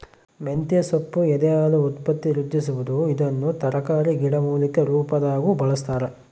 ಮಂತೆಸೊಪ್ಪು ಎದೆಹಾಲು ಉತ್ಪತ್ತಿವೃದ್ಧಿಸುವದು ಇದನ್ನು ತರಕಾರಿ ಗಿಡಮೂಲಿಕೆ ರುಪಾದಾಗೂ ಬಳಸ್ತಾರ